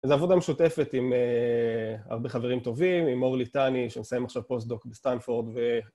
איזו עבודה משותפת עם הרבה חברים טובים, עם אור ליטני, שמסיים עכשיו פוסט-דוק בסטנפורד ו...